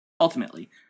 Ultimately